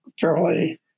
fairly